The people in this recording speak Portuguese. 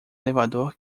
elevador